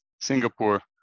Singapore